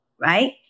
right